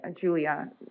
Julia